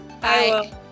Bye